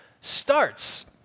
starts